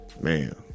man